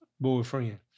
boyfriend